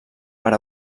per